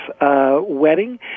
wedding